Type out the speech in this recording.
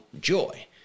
joy